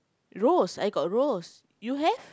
rose I got rose you have